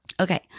Okay